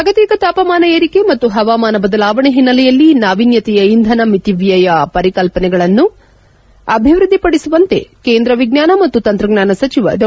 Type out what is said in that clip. ಜಾಗತಿಕ ತಾಪಮಾನ ಏರಿಕೆ ಮತ್ತು ಹವಾಮಾನ ಬದಲಾವಣೆ ಹಿನ್ನೆಲೆಯಲ್ಲಿ ನಾವೀನ್ಯತೆಯ ಇಂಧನ ಮಿತಿವ್ದಯ ಪರಿಕಲ್ಪನೆಗಳನ್ನು ಅಭಿವೃದ್ದಿಪಡಿಸುವಂತೆ ಕೇಂದ್ರ ವಿಜ್ಞಾನ ಮತ್ತು ತಂತ್ರಜ್ಞಾನ ಸಚಿವ ಡಾ